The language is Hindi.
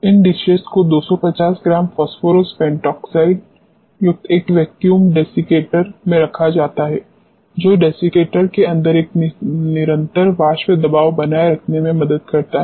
इन डिशेज़ को 250 ग्राम फॉस्फोरस पेंटॉक्साइड युक्त एक वैक्यूम डेसीकेटर में रखा जाता है जो डेसीकेटर के अंदर एक निरंतर वाष्प दबाव बनाए रखने में मदद करता है